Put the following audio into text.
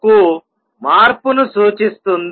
కు మార్పును సూచిస్తుంది